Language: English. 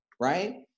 right